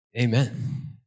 Amen